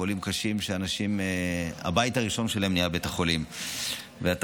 חולים קשים שבית החולים שלהם נהיה הבית הראשון שלהם.